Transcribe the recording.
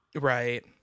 right